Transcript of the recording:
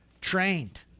trained